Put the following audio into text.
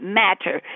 matter